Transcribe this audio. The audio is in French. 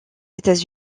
états